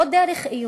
לא דרך איומים,